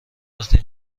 وقتی